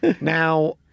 now